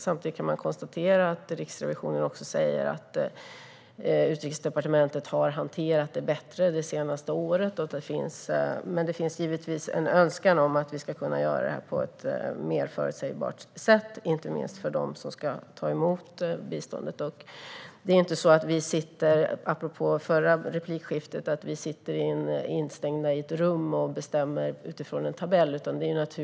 Samtidigt kan man konstatera att Riksrevisionen säger att Utrikesdepartementet har hanterat detta bättre det senaste året. Men det finns givetvis en önskan om att vi ska kunna göra det här på ett mer förutsägbart sätt, inte minst för dem som ska ta emot biståndet. Det är inte så - apropå förra replikskiftet - att vi sitter instängda i ett rum och bestämmer utifrån en tabell.